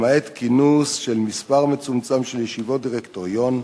למעט כינוס של מספר מצומצם של ישיבות דירקטוריון.